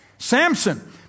Samson